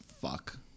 fuck